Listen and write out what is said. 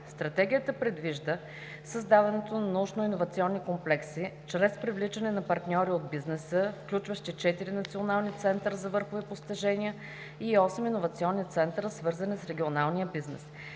Стратегията предвижда създаването на научно-иновационни комплекси, чрез привличане на партньори от бизнеса, включващи четири национални центъра за върхови постижения и осем иновационни центъра, свързани с регионалния бизнес.